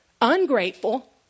ungrateful